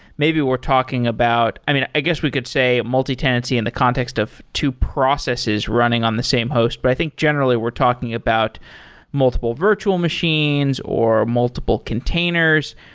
maybe we're talking about i mean, i guess we could say multi-tenancy in the context of two processes running on the same host. but i think generally we're talking about multiple virtual machines or multiple containers.